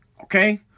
okay